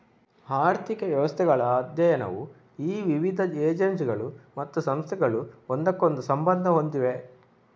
ಆರ್ಥಿಕ ವ್ಯವಸ್ಥೆಗಳ ಅಧ್ಯಯನವು ಈ ವಿವಿಧ ಏಜೆನ್ಸಿಗಳು ಮತ್ತು ಸಂಸ್ಥೆಗಳು ಒಂದಕ್ಕೊಂದು ಸಂಬಂಧ ಹೊಂದಿವೆ